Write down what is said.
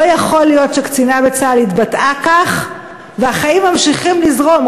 לא יכול להיות שקצינה בצה"ל התבטאה כך והחיים ממשיכים לזרום,